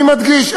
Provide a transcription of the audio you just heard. אני מדגיש,